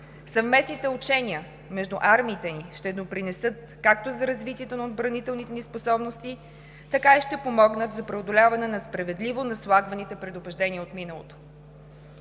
Съвместните учения между армиите ни ще допринесат както за развитието на отбранителните ни способности, така и ще помогнат за преодоляване на несправедливо наслагваните предубеждения от миналото.